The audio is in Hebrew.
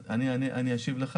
אני אשיב לך,